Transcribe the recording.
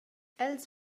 els